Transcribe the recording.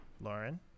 Lauren